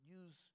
use